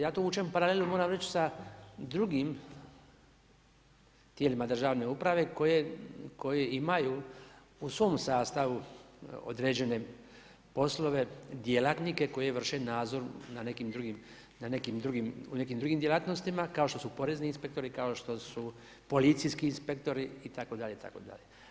Ja tu vučem paralelu moram reći sa drugim tijelima državne uprave koji imaju u svom sastavu određene poslove, djelatnike koji vrše nadzor na nekim drugim, u nekim drugim djelatnostima kao što su porezni inspektori, kao što su policijski inspektori itd., itd.